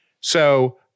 So-